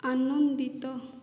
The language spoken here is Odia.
ଆନନ୍ଦିତ